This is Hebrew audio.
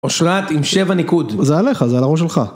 או שלט עם שבע ניקוד. זה עליך, זה על הראש שלך.